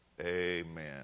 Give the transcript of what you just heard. Amen